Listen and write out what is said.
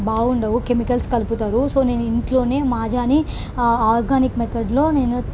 బాగుండవు కెమికల్స్ కలుపుతారు సో నేను ఇంట్లో మాజాని ఆర్గానిక్ మెథడ్లో నేను